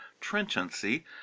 trenchancy